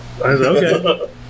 okay